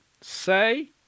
say